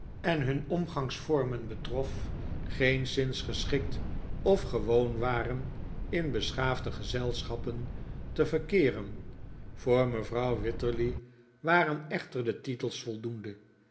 en hun omgangsvormen betrof geenszins geschikt of gewoon waren in beschaafde gezelschappen te verkeeren voor mevrouw wititterly waren echter de titels voldoende